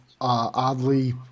oddly